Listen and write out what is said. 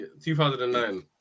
2009